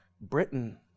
Britain